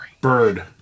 Bird